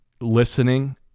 listening